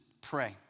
pray